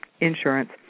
insurance